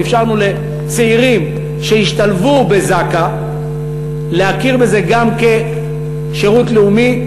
אבל אפשרנו לצעירים שהשתלבו בזק"א שיכירו בזה גם כשירות לאומי.